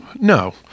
No